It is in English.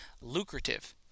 lucrative